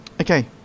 Okay